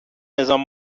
نظام